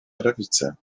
prawica